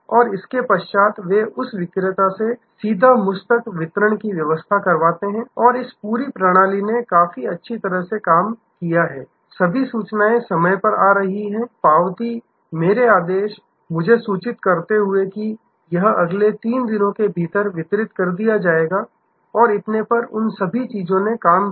और इसके पश्चात वे उस विक्रेता से सीधा मुझ तक वितरण की व्यवस्था करवाते हैं और इस पूरी प्रणाली ने काफी अच्छी तरह से काम किया है सभी सूचनाएँ समय पर आ रही हैं पावती मेरे आदेश मुझे सूचित करते हुए कि यह अगले 3 दिनों के भीतर वितरित किया जाएगा और इतने पर उन सभी चीजों ने काम किया